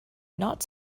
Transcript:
not